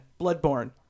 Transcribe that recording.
Bloodborne